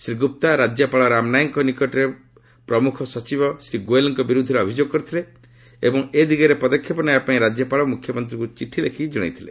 ଶ୍ରୀ ଗୁପ୍ତା ରାଜ୍ୟପାଳ ରାମ ନାଏକଙ୍କ ନିକଟରେ ପ୍ରମୁଖ ସଚିବ ଶ୍ରୀ ଗୋଏଲ୍ଙ୍କ ବିରୁଦ୍ଧରେ ଅଭିଯୋଗ କରିଥିଲେ ଏବଂ ଏ ଦିଗରେ ପଦକ୍ଷେପ ନେବା ପାଇଁ ରାଜ୍ୟପାଳ ମୁଖ୍ୟମନ୍ତ୍ରୀଙ୍କୁ ଚିଠି ଲେଖି ଜଣାଇଥିଲେ